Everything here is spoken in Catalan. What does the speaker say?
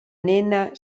nena